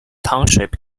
township